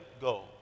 go